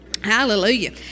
hallelujah